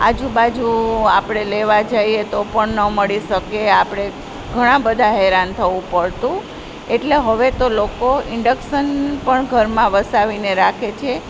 આજુબાજુ આપણે લેવા જઈએ તો પણ ન મળી શકે આપણે ઘણાબધા હેરાન થવું પડતું એટલે હવે તો લોકો ઈન્ડક્સન પણ ઘરમાં વસાવીને રાખે છે